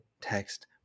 Text